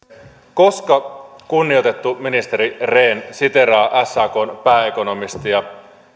koska kunnioitettu ministeri rehn siteeraa sakn pääekonomistia